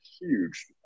huge